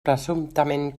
presumptament